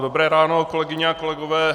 Dobré ráno, kolegyně a kolegové.